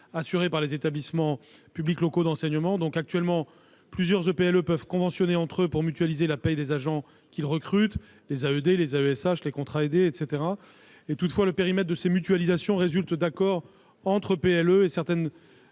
assurée par les établissements publics locaux d'enseignement, ou EPLE. Actuellement, plusieurs EPLE peuvent passer une convention entre eux pour mutualiser la paie des agents qu'ils recrutent- assistants d'éducation, AESH, contrats aidés, etc. Toutefois, le périmètre de ces mutualisations résulte d'accords entre EPLE et certaines